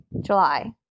July